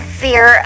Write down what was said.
fear